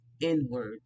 inward